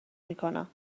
میکنم